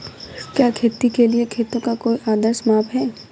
क्या खेती के लिए खेतों का कोई आदर्श माप है?